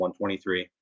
123